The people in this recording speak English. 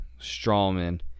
Strawman